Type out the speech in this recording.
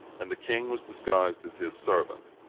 and the king was disguised as his servant.